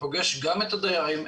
ופוגש גם את הדיירים,